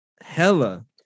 hella